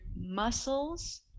muscles